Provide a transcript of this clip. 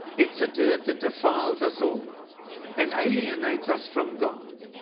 it's a dirt that defiles us all and alienates us from god,